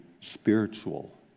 spiritual